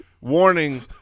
warning